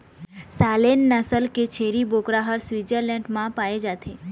Saanen नसल के छेरी बोकरा ह स्वीटजरलैंड म पाए जाथे